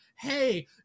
hey